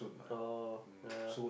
oh yeah yeah yeah